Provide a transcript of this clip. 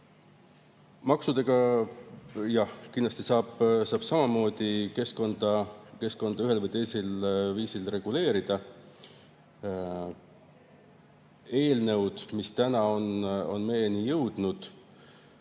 kindlasti saab keskkonda ühel või teisel viisil reguleerida. Eelnõud, mis täna on meieni jõudnud,